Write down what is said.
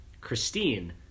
Christine